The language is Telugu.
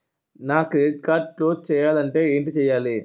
నా క్రెడిట్ కార్డ్ క్లోజ్ చేయాలంటే ఏంటి చేయాలి?